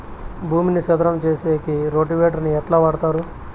భూమిని చదరం సేసేకి రోటివేటర్ ని ఎట్లా వాడుతారు?